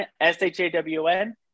S-H-A-W-N